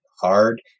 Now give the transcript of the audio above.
hard